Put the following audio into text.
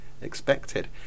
expected